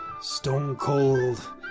stone-cold